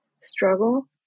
struggle